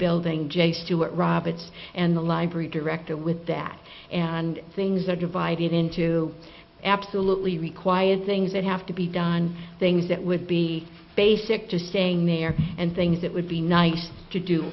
building j stuart roberts and the library director with that and things are divided into absolutely required things that have to be done things that would be basic to staying there and things that would be nice to do